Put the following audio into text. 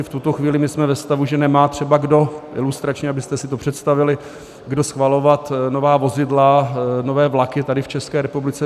V tuto chvíli jsme ve stavu, že nemá třeba kdo ilustračně, abyste si to představili kdo schvalovat nová vozidla, nové vlaky tady v České republice.